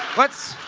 let's